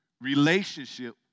relationship